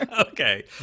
Okay